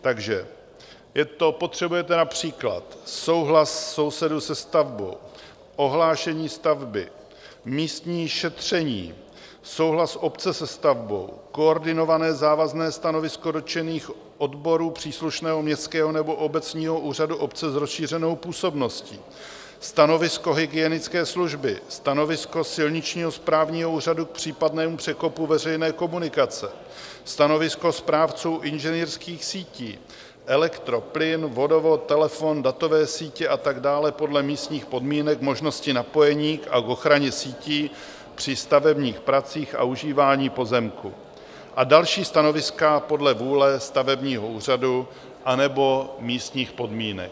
Takže potřebujete například souhlas sousedů se stavbou, ohlášení stavby, místní šetření, souhlas obce se stavbou, koordinované závazné stanovisko dotčených odborů příslušného městského nebo obecního úřadu obce s rozšířenou působností, stanovisko hygienické služby, stanovisko silničního správního úřadu k případnému překopu veřejné komunikace, stanovisko správců inženýrských sítí, elektro, plyn, vodovod, telefon, datové sítě a tak dále podle místních podmínek, možnosti napojení a k ochraně sítí při stavebních pracích a užívání pozemku a další stanoviska podle vůle stavebního úřadu a nebo místních podmínek.